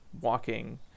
walking